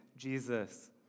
Jesus